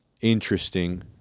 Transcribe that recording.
interesting